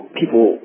people